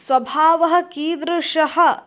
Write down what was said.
स्वभावः कीदृशः